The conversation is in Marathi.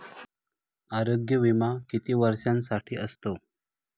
आरोग्य विमा किती वर्षांसाठी असतो?